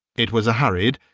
it was a hurried,